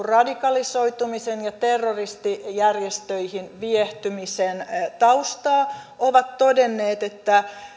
radikalisoitumisen ja terroristijärjestöihin viehtymisen taustaa ovat todenneet että